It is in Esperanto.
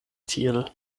tiel